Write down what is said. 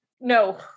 No